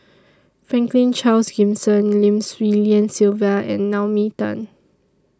Franklin Charles Gimson Lim Swee Lian Sylvia and Naomi Tan